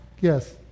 Yes